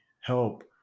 help